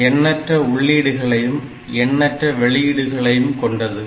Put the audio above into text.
இது எண்ணற்ற உள்ளீடுகளையும் எண்ணற்ற வெளியீடுகளையும் கொண்டது